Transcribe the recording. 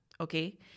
okay